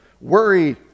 worry